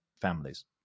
families